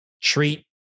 treat